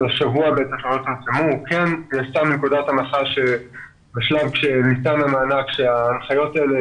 כן נעשתה נקודת הנחה בשלב שניתן המענק שההנחיות האלה